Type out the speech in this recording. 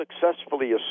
successfully